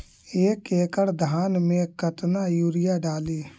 एक एकड़ धान मे कतना यूरिया डाली?